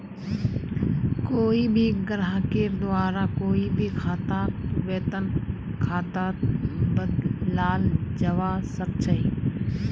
कोई भी ग्राहकेर द्वारा कोई भी खाताक वेतन खातात बदलाल जवा सक छे